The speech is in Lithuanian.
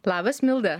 labas milda